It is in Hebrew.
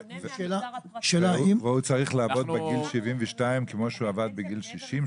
והוא צריך לעבוד בגיל 72 כמו שהוא עבד בגיל 60,